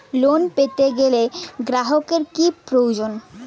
Loan পেতে গেলে গ্রাহকের কি প্রয়োজন?